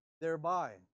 thereby